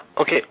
Okay